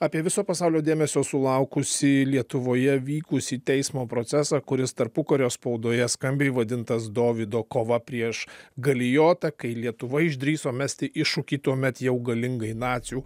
apie viso pasaulio dėmesio sulaukusį lietuvoje vykusį teismo procesą kuris tarpukario spaudoje skambiai vadintas dovydo kova prieš galijotą kai lietuva išdrįso mesti iššūkį tuomet jau galingai nacių